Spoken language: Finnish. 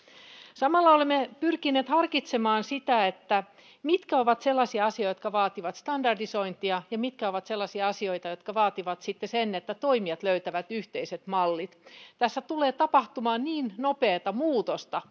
samalla olemme pyrkineet harkitsemaan mitkä ovat sellaisia asioita jotka vaativat standardisointia ja mitkä ovat sellaisia asioita jotka vaativat sitten sen että toimijat löytävät yhteiset mallit tässä markkinan kehittymisessä tulee tapahtumaan niin nopeaa muutosta